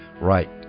right